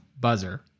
buzzer